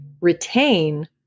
retain